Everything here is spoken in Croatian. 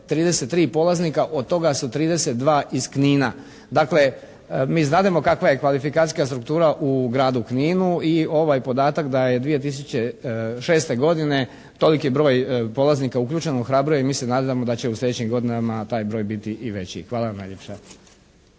33 polaznika. Od toga su 32 iz Knina. Dakle mi znademo kakva je kvalifikacijska struktura u gradu Kninu i ovaj podatak da je 2006. godine toliki broj polaznika uključen ohrabruje i mi se nadamo da će u sljedećim godinama taj broj biti i veći. Hvala vam najljepša.